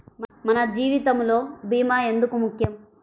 మన జీవితములో భీమా ఎందుకు ముఖ్యం?